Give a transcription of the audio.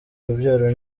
urubyaro